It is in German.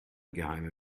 geheime